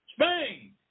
Spain